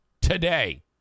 today